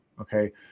Okay